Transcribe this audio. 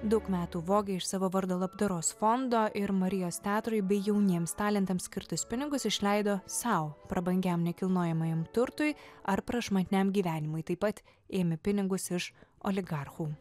daug metų vogė iš savo vardo labdaros fondo ir marijos teatrui bei jauniems talentams skirtus pinigus išleido sau prabangiam nekilnojamajam turtui ar prašmatniam gyvenimui taip pat ėmė pinigus iš oligarchų